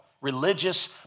religious